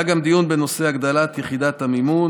היה גם דיון בנושא הגדלת יחידת המימון